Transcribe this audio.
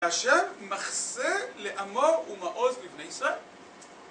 השם מחסה לאמור ומעוז בבני ישראל